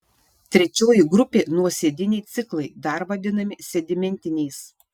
trečioji grupė nuosėdiniai ciklai dar vadinami sedimentiniais